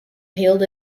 hailed